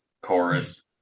chorus